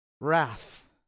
Wrath